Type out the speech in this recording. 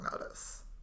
Notice